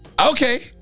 okay